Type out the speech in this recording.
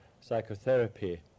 psychotherapy